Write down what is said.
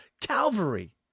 Calvary